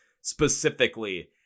specifically